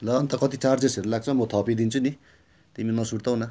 ल अन्त कति चार्जेसहरू लाग्छ म थपिदिन्छु नि तिमी नसुर्ताउन